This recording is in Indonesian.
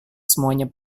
semuanya